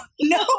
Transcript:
No